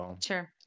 Sure